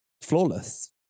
flawless